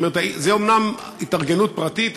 זו אומנם התארגנות פרטית,